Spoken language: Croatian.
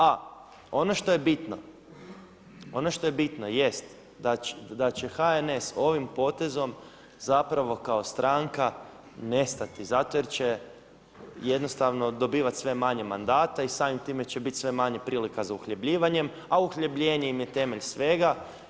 A ono što je bitno jest da će HNS ovim potezom zapravo kao stranka nestati zato jer će jednostavno dobivati sve manje mandata i samim time će biti sve manje prilika za uhljebljivanjem, a uhljebljene im je temelj svega.